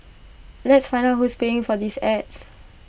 let's find out who's paying for these ads